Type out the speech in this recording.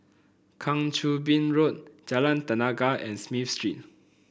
Kang Choo Bin Road Jalan Tenaga and Smith Street